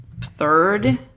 third